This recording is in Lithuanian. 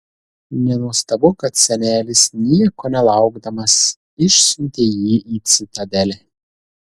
nenuostabu kad senelis nieko nelaukdamas išsiuntė jį į citadelę